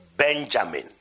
Benjamin